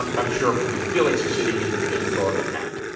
i'm i'm sure maybe felix is sitting in in lower manhattan,